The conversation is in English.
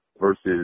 versus